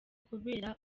kubera